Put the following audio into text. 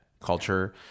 culture